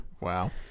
Wow